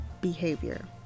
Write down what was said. behavior